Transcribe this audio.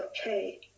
okay